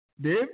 Dave